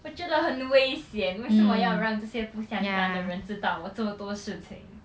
我觉得很危险为什么要让这些不相干的人知道我做了多事情